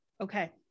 Okay